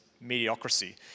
mediocrity